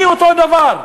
אני אותו דבר.